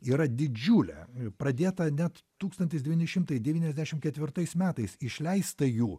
yra didžiulė pradėta net tūkstantis devyni šimtai devyniasdešim ketvirtais metais išleista jų